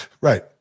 Right